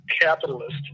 capitalist